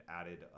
added